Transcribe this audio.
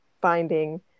finding